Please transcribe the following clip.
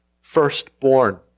Firstborn